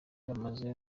bamaze